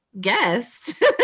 guest